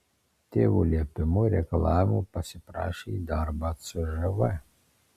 tėvo liepimu ir reikalavimu pasiprašė į darbą cžv